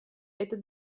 этот